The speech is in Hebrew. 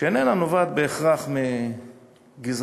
שאיננה נובעת בהכרח מגזענות,